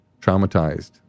traumatized